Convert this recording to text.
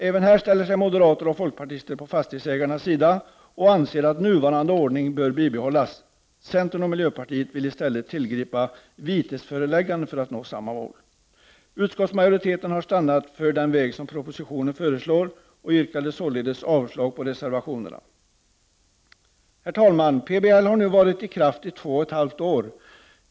Även här ställer sig moderater och folkpartister på fastighetsägarnas sida och anser att nuvarande ordning bör bibehållas. Centern och miljöpartiet vill i stället tillgripa vitesföreläggande för att nå samma mål. Utskottsmajoriteten har stannat för den väg propositionen föreslår, och jag yrkar således avslag på reservationerna. Herr talman! PBL har nu varit i kraft i två och ett halvt år.